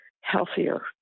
healthier